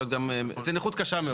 זה נכות קשה מאוד.